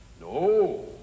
No